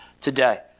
today